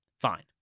fine